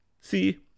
See